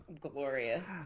glorious